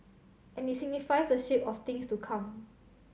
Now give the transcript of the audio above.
and it signifies the shape of things to come